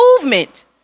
movement